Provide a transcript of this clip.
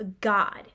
God